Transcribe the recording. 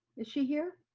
is she here?